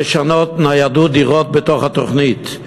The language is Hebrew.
לנייד דירות בתוך התוכנית,